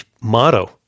motto